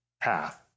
path